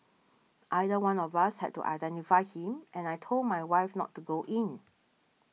either one of us had to identify him and I told my wife not to go in